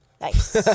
Nice